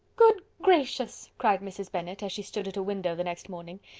good gracious! cried mrs. bennet, as she stood at a window the next morning,